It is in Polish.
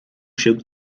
się